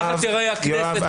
ככה תיראה הכנסת,